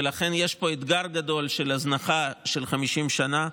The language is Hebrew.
לכן יש פה אתגר גדול אחרי הזנחה של 50 שנה.